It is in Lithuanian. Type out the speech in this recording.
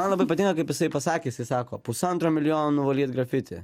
man labai patinka kaip jisai pasakė jisai sako pusantro milijono nuvalyt grafiti